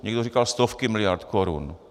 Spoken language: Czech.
Někdo říkal stovky miliard korun.